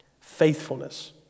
faithfulness